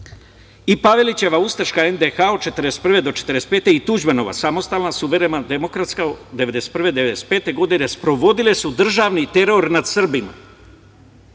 i Pavelićeva ustaška NDH 1941. do 1945. i Tuđmanova samostalna, suverena demokratska 1991. do 1995. godine, sprovodili su državni teror nad Srbima.